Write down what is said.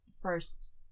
first